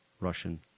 Russian